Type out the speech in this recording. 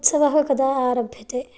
उत्सवः कदा आरभ्यते